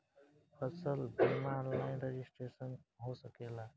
फसल बिमा online registration हो सकेला?